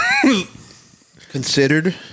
considered